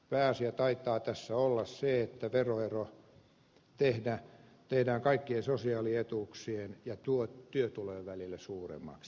pääasia tässä taitaa olla se että veroero kaikkien sosiaalietuuksien ja työtulojen välillä tehdään suuremmaksi